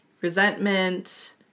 resentment